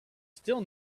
still